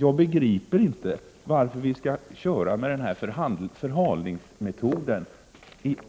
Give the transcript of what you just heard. Jag begriper inte varför vi skall tillämpa den här förhalningsmetoden